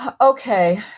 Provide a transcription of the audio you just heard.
Okay